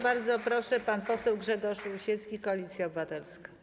Bardzo proszę, pan poseł Grzegorz Rusiecki, Koalicja Obywatelska.